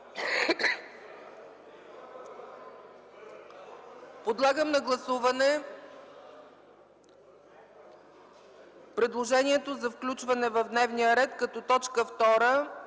Подлагам на гласуване предложението за включване в дневния ред като т.